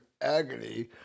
agony